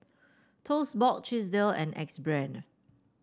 Toast Box Chesdale and Axe Brand